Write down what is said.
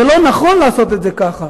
זה לא נכון לעשות את זה כך.